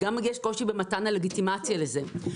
יש גם קושי במתן הלגיטימציה לזה.